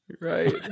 Right